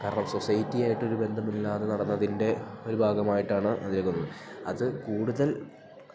കാരണം സൊസൈറ്റിയായിട്ടൊരു ബന്ധമില്ലാതെ നടന്നതിൻ്റെ ഒരു ബാഗമായിട്ടാണ് അതേൽക്കുന്നത് അത് കൂടുതൽ